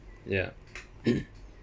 ya